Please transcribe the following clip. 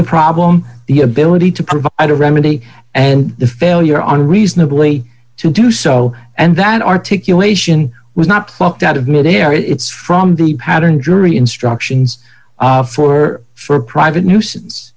the problem the ability to provide a remedy and the failure on reasonably to do so and that articulation was not plucked out of mid air it's from the pattern jury instructions are for private nuisance